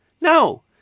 No